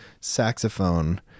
saxophone